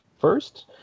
first